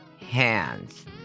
hands